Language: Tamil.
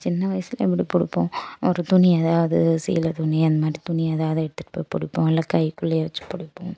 சின்ன வயசுல எப்படி பிடிப்போம் ஒரு துணி ஏதாவது சேலை துணி அந்த மாதிரி துணி ஏதாவது எடுத்துட்டு போய் பிடிப்போம் இல்லை கைக்குள்ளயே வச்சு பிடிப்போம்